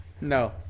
No